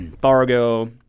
Fargo